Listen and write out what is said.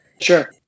Sure